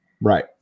Right